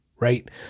right